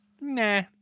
Nah